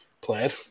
played